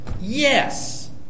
Yes